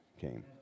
came